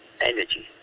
energy